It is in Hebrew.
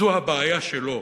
אז זו הבעיה שלו,